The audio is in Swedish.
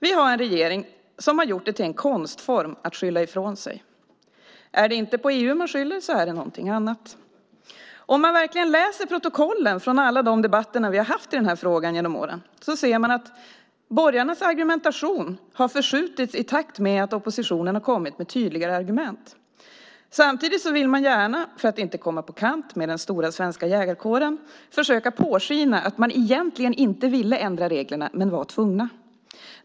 Vi har en regering som har gjort det till en konstform att skylla ifrån sig. Är det inte på EU man skyller så är det på någonting annat. Om man verkligen läser protokollen från alla de debatter vi har haft i den här frågan genom åren ser man att borgarnas argumentation har förskjutits i takt med att oppositionen har kommit med tydligare argument. Samtidigt vill man gärna, för att inte komma på kant med den stora svenska jägarkåren, försöka låta påskina att man egentligen inte ville ändra reglerna men var tvungen.